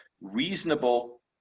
reasonable